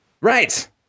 Right